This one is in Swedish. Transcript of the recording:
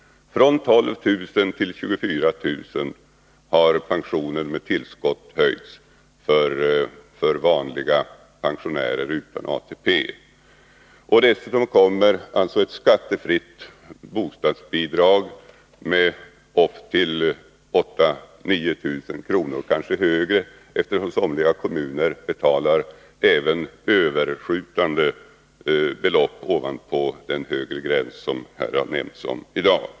För vanliga pensionärer utan ATP har pensionerna med tillskott höjts från 12 000 till 24 000. Dessutom tillkommer ett skattefritt bostadsbidrag på upp till 8 000-9 000 kr., kanske mer, eftersom somliga kommuner betalar även överskjutande belopp ovanpå den högre gräns som har nämnts här i dag.